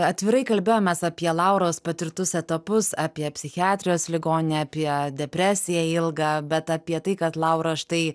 atvirai kalbėjomės apie lauros patirtus etapus apie psichiatrijos ligoninę apie depresiją ilgą bet apie tai kad laura štai